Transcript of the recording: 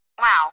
Wow